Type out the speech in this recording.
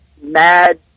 mad